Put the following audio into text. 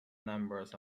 numbers